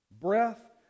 breath